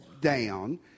down